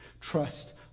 Trust